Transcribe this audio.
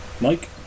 Mike